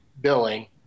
billing